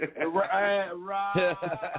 right